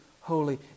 holy